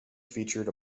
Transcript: featured